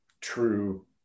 true